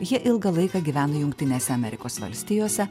ji ilgą laiką gyvena jungtinėse amerikos valstijose